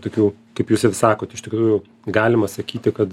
tokių kaip jūs ir sakot iš tikrųjų galima sakyti kad